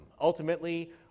Ultimately